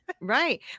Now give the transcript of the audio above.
right